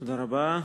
תודה רבה.